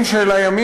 חבר הכנסת